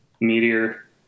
meteor